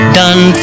done